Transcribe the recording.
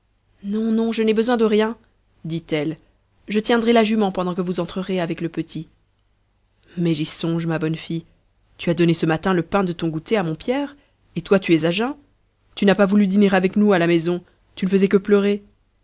non non je n'ai besoin de rien dit-elle je tiendrai la jument pendant que vous entrerez avec le petit mais j'y songe ma bonne fille tu as donné ce matin le pain de ton goûter à mon pierre et toi tu es à jeun tu n'as pas voulu dîner avec nous à la maison tu ne faisais que pleurer